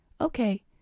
okay